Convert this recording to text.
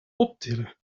optillen